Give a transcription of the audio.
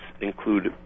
include